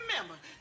remember